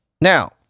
Now